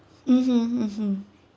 mmhmm mmhmm